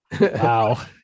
Wow